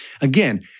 Again